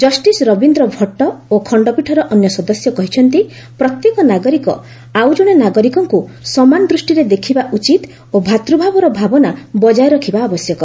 justice Rabindra Bhatt ଓ ଖଣ୍ଡପୀଠର ଅନ୍ୟ ସଦସ୍ୟ କହିଛନ୍ତି ପ୍ରତ୍ୟେକ ନାଗରିକ ଆଉ ଜଣେ ନାଗରିକଙ୍କୁ ସମାନ ଦୃଷ୍ଟିରେ ଦେଖିବା ଉଚିତ ଓ ଭ୍ରାତୂଭାବର ଭାବନା ବଜାୟ ରଖିବା ଆବଶ୍ୟକ